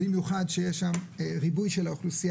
במיוחד כשיש שם ריבוי של האוכלוסייה